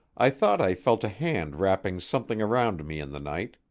i thought i felt a hand wrapping something around me in the night,